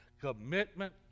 commitment